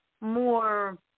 more